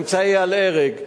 אמצעי אל-הרג,